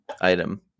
item